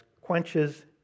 quenches